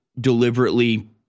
deliberately